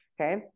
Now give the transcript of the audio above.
okay